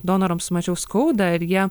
donorams mažiau skauda ir jie